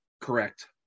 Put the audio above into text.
correct